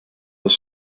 als